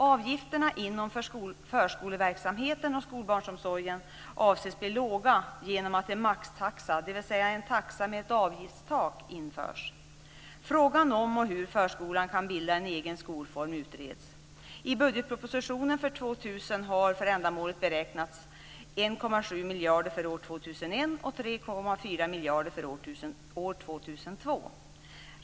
Avgifterna inom förskoleverksamheten och skolbarnsomsorgen avses bli låga genom att en maxtaxa, dvs. en taxa med ett avgiftstak, införs. Frågan om och hur förskolan kan bilda en egen skolform utreds. I budgetpropositionen för 2000 har för ändamålet beräknats 1,7 miljarder för år 2001, och 3,4 miljarder för år 2002.